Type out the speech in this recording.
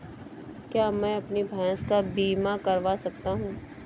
क्या मैं अपनी भैंस का बीमा करवा सकता हूँ?